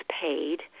paid